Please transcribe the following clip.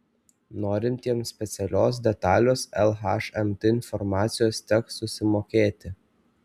norintiems specialios detalios lhmt informacijos teks susimokėti